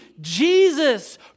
Jesus